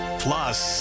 plus